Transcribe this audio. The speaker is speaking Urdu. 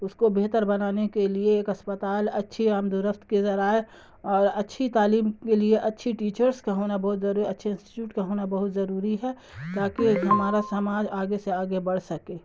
اس کو بہتر بنانے کے لیے ایک اسپتال اچھی آمد و رفت کے ذرائع اور اچھی تعلیم کے لیے اچھی ٹیچرس کا ہونا بہت ضروری اچھے انسٹیچوٹ کا ہونا بہت ضروری ہے تاکہ ایک ہمارا سماج آگے سے آگے بڑھ سکے